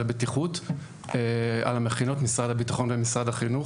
הבטיחות של המכינות: משרד הביטחון ומשרד החינוך.